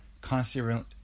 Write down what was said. constantly